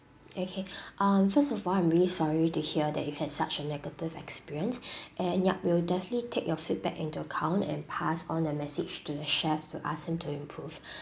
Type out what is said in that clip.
okay um first of all I'm really sorry to hear that you had such a negative experience and yup we will definitely take your feedback into account and pass on the message to the chefs to ask him to improve